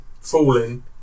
falling